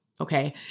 Okay